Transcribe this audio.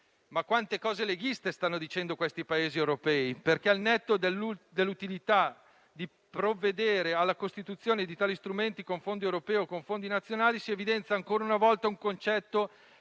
Quante cose leghiste stanno dicendo questi Paesi europei perché, al netto dell'utilità di provvedere alla costituzione di tali strumenti con fondi europei o con fondi nazionali, si evidenzia ancora una volta un concetto